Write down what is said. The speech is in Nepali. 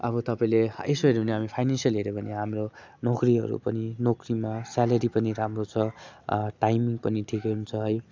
अब तपाईँले यसो हेर्यो भने हामी फाइनेनसियल हेर्यो भने हाम्रो नोकरीहरू पनि नोकरीमा स्यालेरी पनि राम्रो छ टाइमिङ पनि ठिकै हुन्छ है